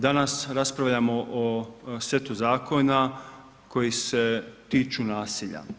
Danas raspravljamo o setu zakona koji se tiču nasilja.